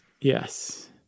Yes